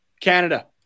Canada